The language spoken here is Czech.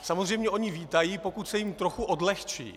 Samozřejmě vítají, pokud se jim trochu odlehčí.